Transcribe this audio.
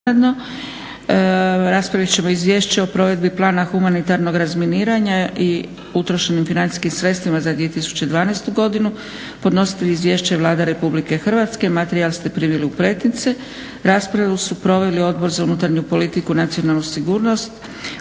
Raspravit ćemo - Izvješće o provedbi Plana humanitarnog razminiravanja i utrošenim financijskim sredstvima za 2012. godinu Podnositelj izvješća je Vlada Republike Hrvatske. Materijal ste primili u pretince. Raspravu su proveli Odbor za unutarnju politiku i nacionalnu sigurnost,